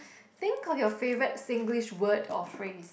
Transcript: think of your favourite Singlish word or phrase